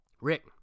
Rick